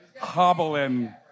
hobbling